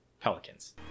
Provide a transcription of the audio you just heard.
Pelicans